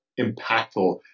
impactful